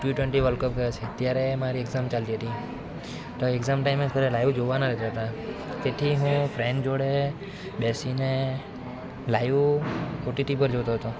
T twenty world cup ગયો છે ત્યારે મારી એકઝામ ચાલતી હતી તો એકઝામ ટાઈમે તો એ લાઈવ જોવા ના દેતા તેથી હું ફ્રેન્ડ જોડે બેસીને લાઈવ ઓટીટી પર જોતો હતો